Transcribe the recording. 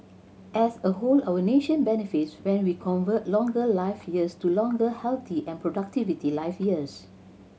as a whole our nation benefits when we convert longer life years to longer healthy and productivity life years